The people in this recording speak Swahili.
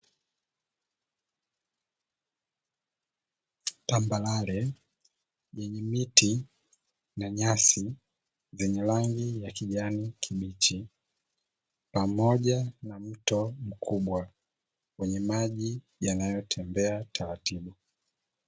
Tambarare yenye miti na nyasi zenye rangi ya kijani kibichi, pamoja na mto mkubwa wenye maji yanayotembea taratibu.